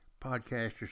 Podcasters